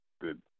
good